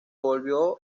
volvió